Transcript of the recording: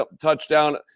touchdown